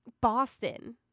Boston